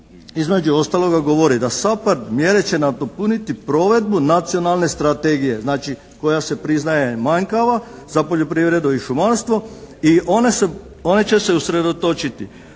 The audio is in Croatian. između ostaloga govori da SAPHARD mjere će nadopuniti provedbu nacionalne strategije, znači koja se priznaje manjkava za poljoprivredu i šumarstvo i one će se usredotočiti